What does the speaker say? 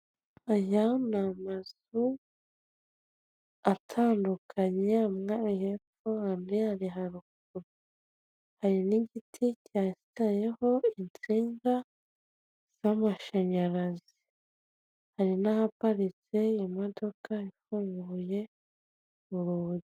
Aya ni amazu atandukanye amwe ari hepfo andi ari haruguru, hari n'igiti yatayeho insinga z'amashanyarazi, hari n'ahaparitse imodokadoka ifunguye urugi.